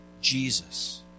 Jesus